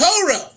Torah